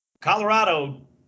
Colorado